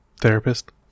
therapist